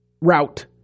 route